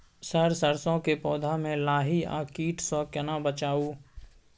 Sir सरसो के पौधा में लाही आ कीट स केना बचाऊ?